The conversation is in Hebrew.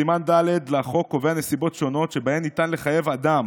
סימן ד' לחוק קובע נסיבות שונות שבהן ניתן לחייב אדם